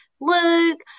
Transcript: luke